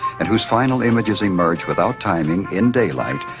and whose final images emerge without timing in daylight,